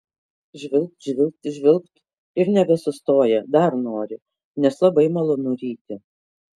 žvilgt žvilgt žvilgt ir nebesustoja dar nori nes labai malonu ryti